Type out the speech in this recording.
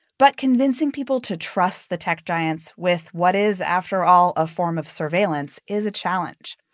but convincing people to trust the tech giants with what is, after all, a form of surveillance is a challenge.